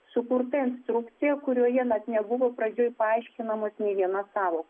sukurta instrukcija kurioje net nebuvo pradžioj paaiškinama nė viena sąvoka